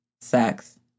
sex